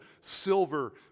silver